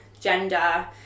gender